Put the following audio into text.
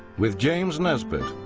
with james nesbitt.